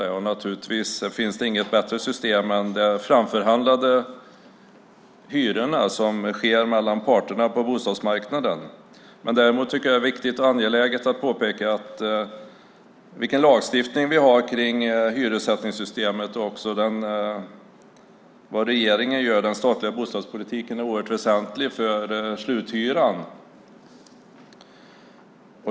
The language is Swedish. Det finns naturligtvis inget bättre system än den framförhandling av hyrorna som sker mellan parterna på bostadsmarknaden. Jag tycker att det är viktigt och angeläget att påpeka vilken lagstiftning vi har när det gäller hyressättningssystemet och vad regeringen gör. Den statliga bostadspolitiken är oerhört väsentlig för sluthyran.